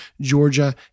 Georgia